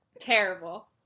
Terrible